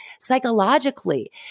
psychologically